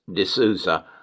D'Souza